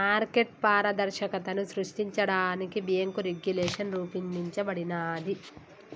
market పారదర్శకతను సృష్టించడానికి bank regulation రూపొందించబడినాది